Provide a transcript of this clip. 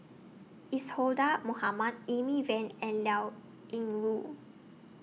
Isadhora Mohamed Amy Van and Liao Yingru